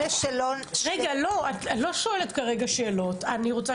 אני יודעת